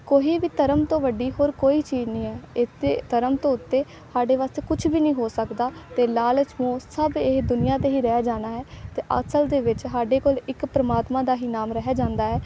ਕੋਈ ਵੀ ਧਰਮ ਤੋਂ ਵੱਡੀ ਹੋਰ ਕੋਈ ਚੀਜ਼ ਨਹੀਂ ਹੈ ਇੱਥੇ ਧਰਮ ਤੋਂ ਉੱਤੇ ਸਾਡੇ ਵਾਸਤੇ ਕੁਛ ਵੀ ਨਹੀਂ ਹੋ ਸਕਦਾ ਤੇ ਲਾਲਚ ਮੋਹ ਸਭ ਇਹ ਦੁਨੀਆ 'ਤੇ ਹੀ ਰਹਿ ਜਾਣਾ ਹੈ ਅਤੇ ਅਸਲ ਦੇ ਵਿੱਚ ਸਾਡੇ ਕੋਲ ਇੱਕ ਪਰਮਾਤਮਾ ਦਾ ਹੀ ਨਾਮ ਰਹਿ ਜਾਂਦਾ ਹੈ